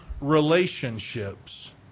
relationships